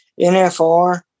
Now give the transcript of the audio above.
NFR